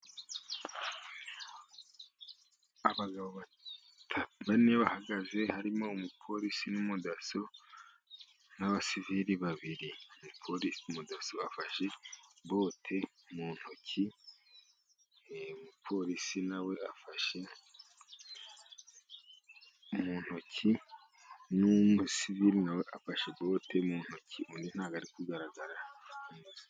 Abagabo bane bahagaze harimo umupolisi n'umudaso n'abasivili babiri. Umudaso afashe bote mu ntoki. Umupolisi na we afashe mu ntoki, n'umusivili na we afashe bote mu ntoki, undi ntabwo ari kugaragara.